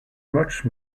much